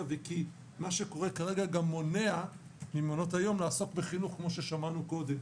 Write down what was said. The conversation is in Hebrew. וכי מה שקורה כרגע גם מונע ממעונות היום לעסוק בחינוך כמו ששמענו קודם.